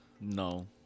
No